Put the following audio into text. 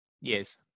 Yes